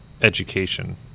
education